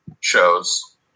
shows